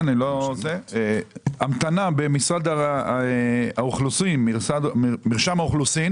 המתנה במשרד האוכלוסין, מרשם האוכלוסין